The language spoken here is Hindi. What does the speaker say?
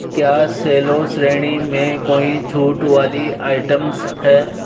क्या सेलो श्रेणी में कोई छूट वाली आइटम्स है